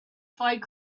fight